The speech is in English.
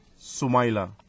Sumaila